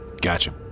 Gotcha